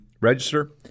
register